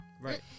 right